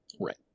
Right